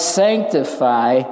sanctify